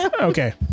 okay